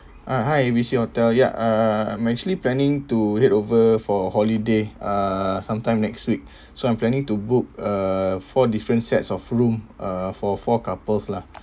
uh hi A B C hotel ya err I'm actually planning to head over for a holiday uh sometime next week so I'm planning to book a four different sets of room uh for for couples lah